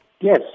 Yes